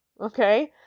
Okay